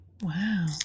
Wow